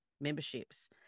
memberships